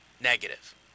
negative